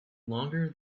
longer